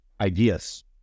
ideas